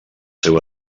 seu